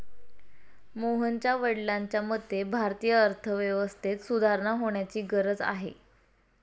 मोहनच्या वडिलांच्या मते, भारतीय अर्थव्यवस्थेत सुधारणा होण्याची गरज आहे